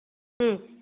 ꯎꯝ